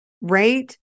right